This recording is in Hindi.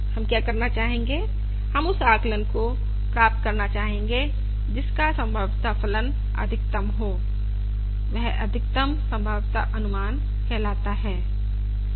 हम क्या करना चाहेंगे हम उस आकलन को प्राप्त करना चाहेंगे जिसका संभाव्यता फलन अधिकतम हो वह अधिकतम संभाव्यता अनुमान कहलाता हैं